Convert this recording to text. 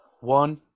One